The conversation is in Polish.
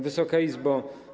Wysoka Izbo!